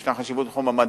יש להן חשיבות בתחום המדע,